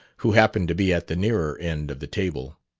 who happened to be at the nearer end of the table.